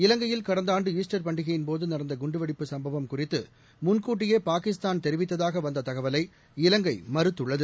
இலங்கையில் கடந்த ஆண்டு ஈஸ்டர் பண்டிகையின்போது நடந்த குண்டுவெடிப்புச் சம்பவம் குறித்து முன்கூட்டியே பாகிஸ்தான் தெரிவித்ததாக வந்த தகவலை இலங்கை மறுத்துள்ளது